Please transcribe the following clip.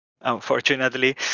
unfortunately